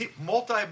Multi